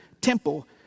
temple